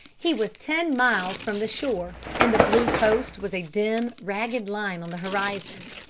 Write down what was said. he was ten miles from the shore, and the blue coast was a dim, ragged line on the horizon.